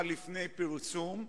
בפרוצדורות הקבועות הם יכולים להתפרסם.